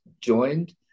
joined